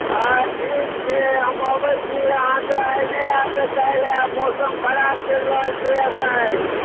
आ ठीक छै हम अबै छी अहाँके आइ नहि आयब तऽ काल्हि आयब मौसम खराब चलि रहल छै एखन